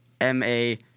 M-A